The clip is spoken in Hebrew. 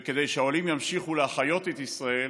כדי שהעולים ימשיכו להחיות את ישראל